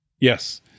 Yes